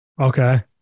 okay